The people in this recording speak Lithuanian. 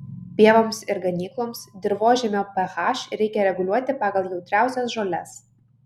pievoms ir ganykloms dirvožemio ph reikia reguliuoti pagal jautriausias žoles